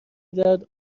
دهد